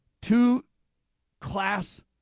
two-class